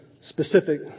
specific